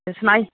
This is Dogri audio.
ते सनाई